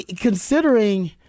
considering